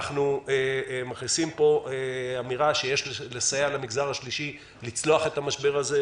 אנחנו מכניסים אמירה שיש לסייע למגזר השלישי לצלוח את המשבר הזה,